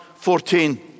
14